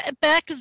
Back